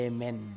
Amen